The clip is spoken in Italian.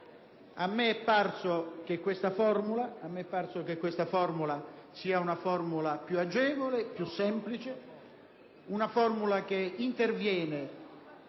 A me è parso che questa formula sia più agevole e più semplice; una formula che interviene